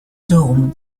dome